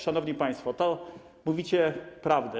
Szanowni państwo, mówicie prawdę.